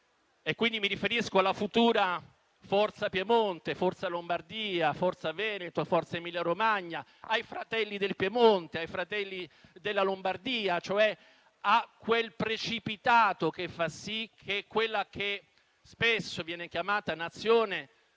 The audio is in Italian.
Mi riferisco alle future "Forza Piemonte", "Forza Lombardia", "Forza Veneto, "Forza Emilia-Romagna"; ai "Fratelli del Piemonte", ai "Fratelli della Lombardia", cioè a quel precipitato che fa sì che quella che spesso viene chiamata Nazione sarà